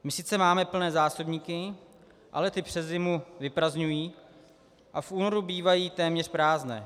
My sice máme plné zásobníky, ale ty se přes zimu vyprazdňují a v únoru bývají téměř prázdné.